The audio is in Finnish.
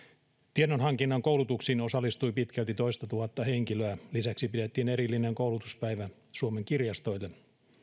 tiedonhankinnan koulutuksiin osallistui pitkälti toistatuhatta henkilöä lisäksi pidettiin erillinen koulutuspäivä suomen kirjastoille